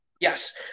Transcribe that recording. Yes